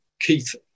Keith